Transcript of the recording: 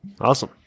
Awesome